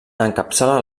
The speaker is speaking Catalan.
encapçala